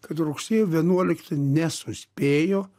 kad rugsėjo vienuoliktą nesuspėjo